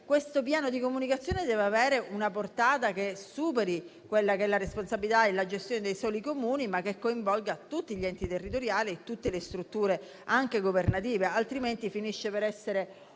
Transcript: questo piano di comunicazione deve avere una portata che superi la responsabilità e la gestione dei soli Comuni, e che coinvolga tutti gli enti territoriali e tutte le strutture, anche governative, altrimenti finisce per essere